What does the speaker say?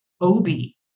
Obi